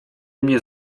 mnie